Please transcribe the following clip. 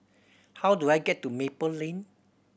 how do I get to Maple Lane